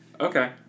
Okay